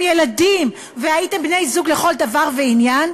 ילדים והייתם בני-זוג לכל דבר ועניין?